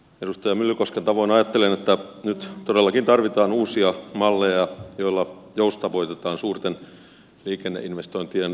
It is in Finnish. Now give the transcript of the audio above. edustaja myllykosken tavoin ajattelen että nyt todellakin tarvitaan uusia malleja joilla joustavoitetaan suurten liikenneinvestointien rahoitusta